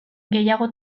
gehiago